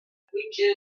cap